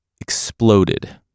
exploded